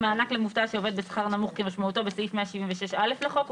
מענק למובטל שעובד בשכר נמוך כמשמעותו בסעיף 176א לחוק,